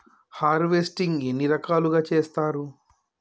Harvesting ఎన్ని రకాలుగా చేస్తరు?